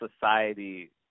society